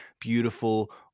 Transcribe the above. beautiful